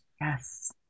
yes